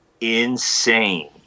insane